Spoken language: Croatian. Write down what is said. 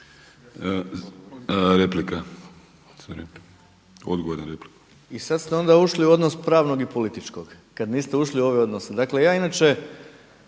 repliku. **Bauk, Arsen (SDP)** I sad ste onda ušli u odnos pravnog i političkog kad niste ušli u ove odnose. Dakle, ja inače